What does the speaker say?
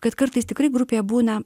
kad kartais tikrai grupėje būna